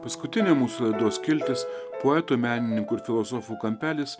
paskutinė mūsų laidos skiltis poetų menininkų ir filosofų kampelis